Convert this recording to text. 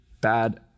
bad